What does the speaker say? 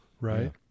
Right